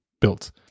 built